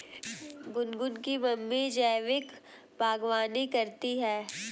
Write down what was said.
गुनगुन की मम्मी जैविक बागवानी करती है